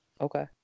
Okay